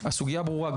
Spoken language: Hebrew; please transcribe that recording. הסוגיה ברורה.